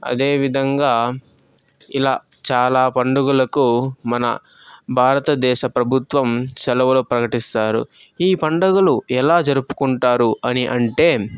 అదేవిధంగా ఇలా చాలా పండుగలకు మన భారతదేశ ప్రభుత్వం సెలవులు ప్రకటిస్తారు ఈ పండుగలు ఎలా జరుపుకుంటారు అని అంటే